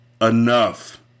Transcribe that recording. enough